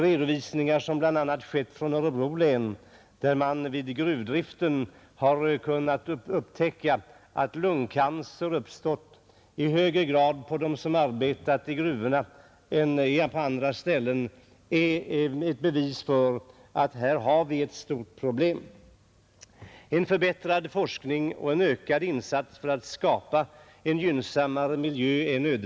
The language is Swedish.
Redovisningar från bl.a. Örebro län, av vilka framgår att man kunnat upptäcka lungcancer i högre grad hos dem som arbetat i gruvorna än hos personer som arbetat på andra ställen, är ett bevis för att vi här har ett stort problem. En förbättrad forskning är nödvändig liksom ökade insatser för att skapa en gynnsammare miljö.